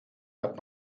hat